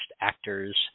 actors